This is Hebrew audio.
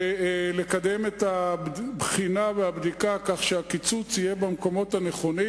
ולקדם את הבחינה והבדיקה כך שהקיצוץ יהיה במקומות הנכונים.